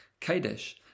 Kadesh